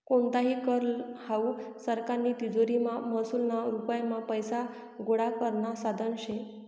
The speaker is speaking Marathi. कोणताही कर हावू सरकारनी तिजोरीमा महसूलना रुपमा पैसा गोळा करानं साधन शे